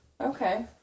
Okay